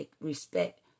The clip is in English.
respect